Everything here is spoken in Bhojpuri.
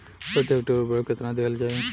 प्रति हेक्टेयर उर्वरक केतना दिहल जाई?